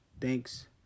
Thanks